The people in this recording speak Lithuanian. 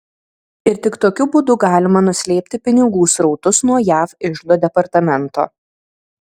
ir tik tokiu būdu galima nuslėpti pinigų srautus nuo jav iždo departamento